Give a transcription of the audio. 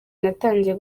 natangiye